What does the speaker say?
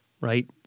right